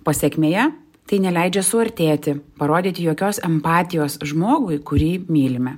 pasekmėje tai neleidžia suartėti parodyti jokios empatijos žmogui kurį mylime